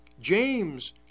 James